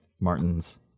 Martins